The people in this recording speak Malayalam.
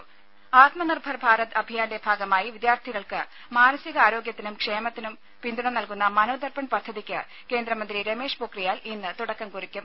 രുഭ ആത്മനിർഭർ ഭാരത് അഭിയാന്റെ ഭാഗമായി വിദ്യാർത്ഥികൾക്ക് മാനസിക ആരോഗ്യത്തിനും ക്ഷേമത്തിനും പിന്തുണ നൽകുന്ന മനോദർപ്പൺ പദ്ധതിയ്ക്ക് കേന്ദ്രമന്ത്രി രമേഷ് പൊക്രിയാൽ ഇന്ന് തുടക്കം കുറിക്കും